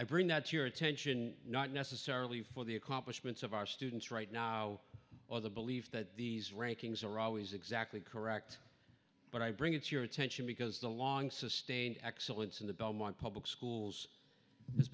i bring that to your attention not necessarily for the accomplishments of our students right now or the believe that these rankings are always exactly correct but i bring it to your attention because the long sustained excellence in the belmont public schools has